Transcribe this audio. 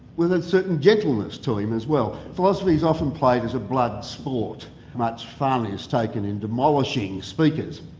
with a certain gentleness to him as well. philosophy is often played as a blood sport much fun is taken in demolishing speakers.